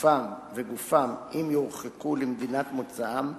וגופם אם יורחקו למדינת מוצאם,